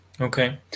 Okay